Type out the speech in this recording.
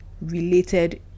related